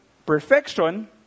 Perfection